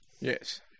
Yes